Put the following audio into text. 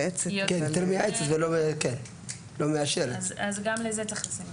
אלא זה אותו בן אדם לא יישאר שם כל חייו.